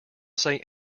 say